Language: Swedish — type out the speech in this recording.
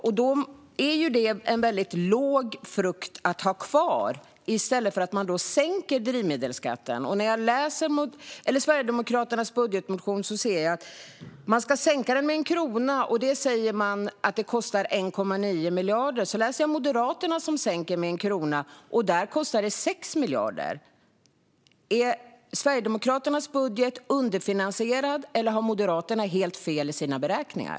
Då är det en väldigt lågt hängande frukt att ha kvar, i stället för att man sänker drivmedelsskatten. När jag läser Sverigedemokraternas budgetmotion ser jag att man vill sänka drivmedelsskatten med 1 krona, och man säger att det kostar 1,9 miljarder. Så läser jag Moderaternas förslag. De vill sänka den med 1 krona, och där kostar det 6 miljarder. Är Sverigedemokraternas budget underfinansierad, eller har Moderaterna helt fel i sina beräkningar?